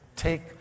Take